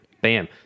Bam